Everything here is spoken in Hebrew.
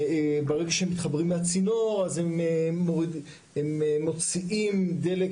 ברגע שהם מתחברים לצינור אז הם מוציאים דלק